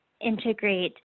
integrate